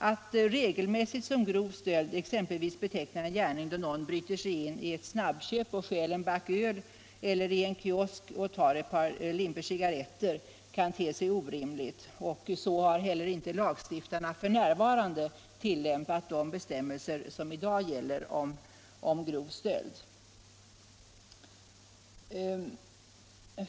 Att regelmässigt som grov stöld beteckna exempelvis en gärning då någon bryter sig in i ett snabbköp och stjäl en back öl eller i en kiosk och tar ett par limpor cigarretter kan te sig orimligt. Så tolkar inte heller lagstiftarna f.n. de bestämmelser som i dag gäller om grov stöld.